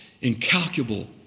incalculable